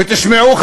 ותשמעו,